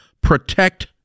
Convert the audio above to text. Protect